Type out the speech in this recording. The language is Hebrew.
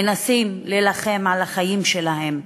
מנסים להילחם על החיים שלהם.